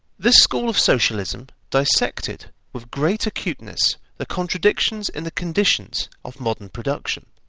this school of socialism dissected with great acuteness the contradictions in the conditions of modern production.